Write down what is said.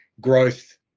growth